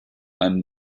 einen